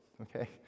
Okay